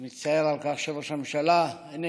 אני מצטער על כך שראש הממשלה איננו,